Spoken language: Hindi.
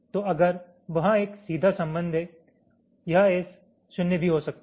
तो अगर वहाँ एक सीधा संबंध है यह S शून्य भी हो सकता है